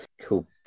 cool